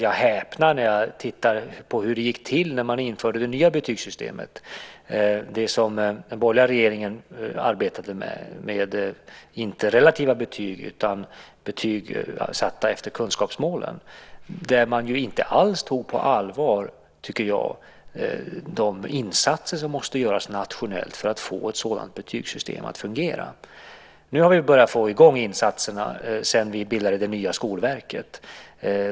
Jag häpnar när jag tittar på hur det gick till när man införde det nya betygssystemet, det som den borgerliga regeringen arbetade med, inte relativa betyg utan betyg satta efter kunskapsmålen. Man tog inte alls på allvar, tycker jag, de insatser som måste göras nationellt för att få ett sådant betygssystem att fungera. Nu har vi börjat få i gång insatserna sedan vi bildade det nya Skolverket.